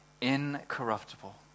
incorruptible